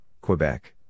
Quebec